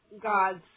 God's